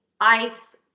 ice